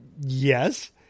Yes